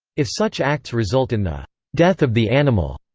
if such acts result in the death of the animal,